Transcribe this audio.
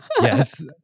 Yes